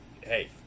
hey